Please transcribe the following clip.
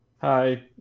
Hi